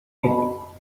algo